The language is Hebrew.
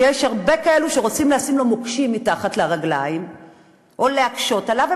שיש הרבה כאלו שרוצים לשים לו מוקשים מתחת לרגליים או להקשות עליו,